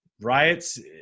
riots